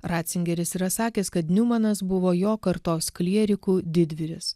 ratzingeris yra sakęs kad niumonas buvo jo kartos klierikų didvyris